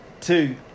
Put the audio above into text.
Two